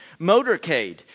motorcade